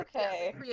okay